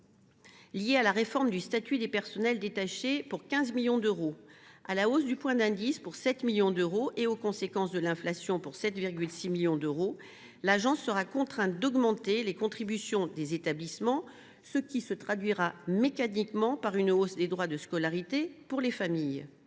liés à la réforme du statut des personnels détachés pour 15 millions d’euros, à la hausse du point d’indice pour 7 millions d’euros et aux conséquences de l’inflation pour 7,6 millions d’euros, l’Agence sera contrainte d’augmenter les contributions des établissements, ce qui se traduira mécaniquement par une hausse des droits de scolarité pour les familles.